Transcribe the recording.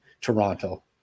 Toronto